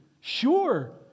Sure